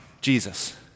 Jesus